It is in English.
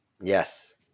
yes